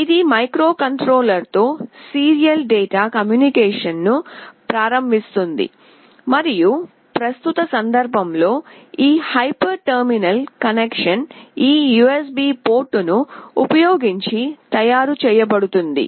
ఇది మైక్రోకంట్రోలర్తో serial data కమ్యూనికేషన్ను ప్రారంభిస్తుంది మరియు ప్రస్తుత సందర్భంలో ఈ హైపర్ టెర్మినల్ కనెక్షన్ ఈ USB పోర్ట్ను ఉపయోగించి తయారు చేయబడుతుంది